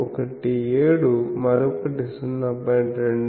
217 మరొకటి 0